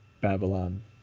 Babylon